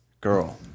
girl